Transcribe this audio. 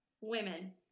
women